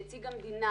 נציג המדינה,